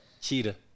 cheetah